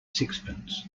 sixpence